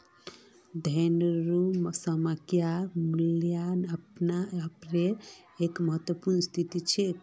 धनेर सामयिक मूल्य अपने आपेर एक महत्वपूर्ण स्थिति छेक